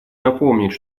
напомнить